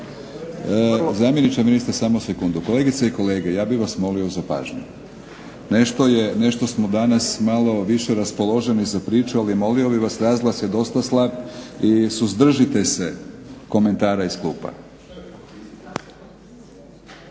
Zamjeniče ministra samo sekundu. Kolegice i kolege, ja bih vas molio za pažnju. Nešto smo danas malo više raspoloženi za priču, ali molio bih vas razglas je dosta slab i suzdržite se komentara iz klupa.